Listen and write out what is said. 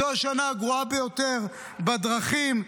זו השנה הגרועה ביותר בדרכים.